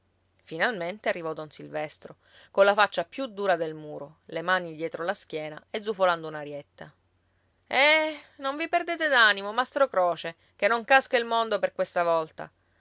finalmente arrivò don silvestro colla faccia più dura del muro le mani dietro la schiena e zufolando un'arietta eh non vi perdete d'animo mastro croce che non casca il mondo per questa volta